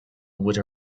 with